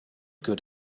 good